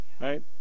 Right